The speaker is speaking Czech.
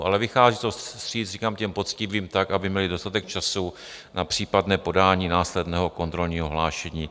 Ale vychází to vstříc, říkám, těm poctivým tak, aby měli dostatek času na případné podání následného kontrolního hlášení.